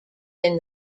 win